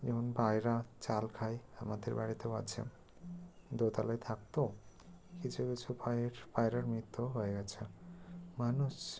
এবং পায়রা চাল খায় আমাদের বাড়িতেও আছে দোতলায় থাকত কিছু কিছু পায়রার মৃত্যুও হয়ে গিয়েছে মানুষ